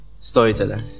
storyteller